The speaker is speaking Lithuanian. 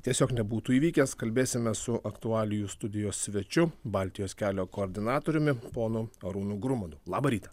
tiesiog nebūtų įvykęs kalbėsime su aktualijų studijos svečiu baltijos kelio koordinatoriumi ponu arūnu grumadu labą rytą